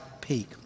peak